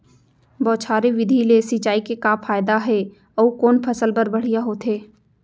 बौछारी विधि ले सिंचाई के का फायदा हे अऊ कोन फसल बर बढ़िया होथे?